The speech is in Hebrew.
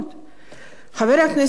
חבר הכנסת שטרית דיבר כאן,